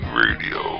radio